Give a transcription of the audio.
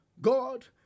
God